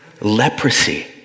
leprosy